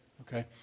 okay